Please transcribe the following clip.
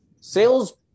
Sales